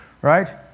right